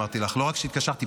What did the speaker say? לא רק שהתקשרתי,